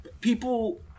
people